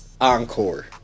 encore